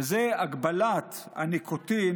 וזה הגבלת הניקוטין,